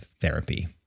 therapy